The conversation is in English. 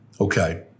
okay